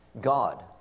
God